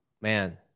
man